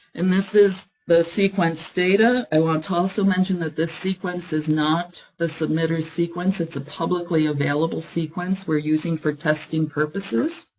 and this is the sequenced data. i want to also mention that this sequence is not the submitter's sequence, it's a publicly-available sequence we're using for testing purposes.